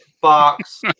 box